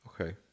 Okay